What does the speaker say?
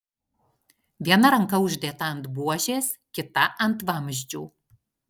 viena ranka uždėta ant buožės kita ant vamzdžių